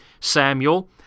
Samuel